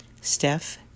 Steph